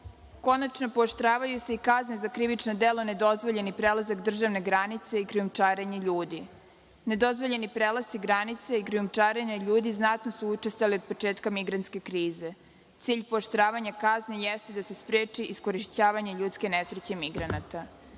pooštravaju se i kazne za krivična dela nedozvoljeni prelazak državne granice i krijumčarenje ljudi. Nedozvoljeni prelasci granice i krijumčarenje ljudi znatno su učestali od početka migrantske krize. Cilj pooštravanja kazne jeste da se spreči iskorišćavanje ljudske nesreće migranata. Na